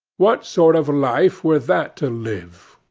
what sort of life were that to live?